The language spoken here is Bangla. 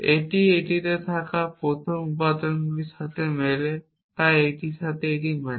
এটি এটিতে থাকা প্রথম উপাদানটির সাথে মেলে তাই যখন এটি এর সাথে মেলে